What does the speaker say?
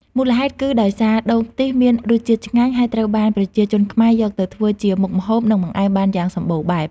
មូលហេតុគឺដោយសារដូងខ្ទិះមានរសជាតិឆ្ងាញ់ ហើយត្រូវបានប្រជាជនខ្មែរយកទៅធ្វើជាមុខម្ហូប និងបង្អែមបានយ៉ាងសម្បូរបែប។